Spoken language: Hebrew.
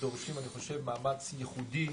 אני חושב שדורשים מאמץ ייחודי